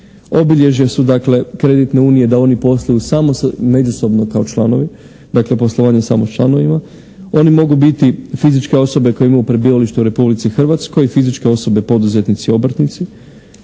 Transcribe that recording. Obilježja su dakle kreditne unije da oni posluju samo međusobno kao članovi, poslovanje samo sa članovima, oni mogu biti fizičke osobe koje imaju prebivalište u Republici Hrvatskoj, fizičke osobe, poduzetnici, obrtnici,